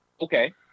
okay